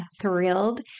thrilled